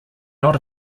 not